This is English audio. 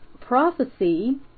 prophecy